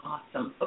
Awesome